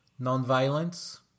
nonviolence